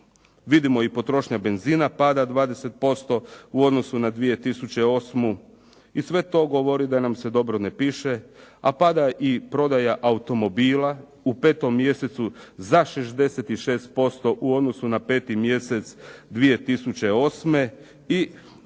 vidimo i potrošnja benzina pada 20% u odnosu na 2008. i sve to govori da nam se dobro ne piše, a pada i prodaja automobila u 5. mjesecu za 66% u odnosu na 5. mjesec 2008. i prema